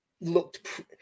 looked